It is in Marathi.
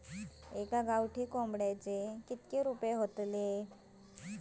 एका गावठी कोंबड्याचे कितके रुपये?